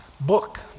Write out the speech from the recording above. book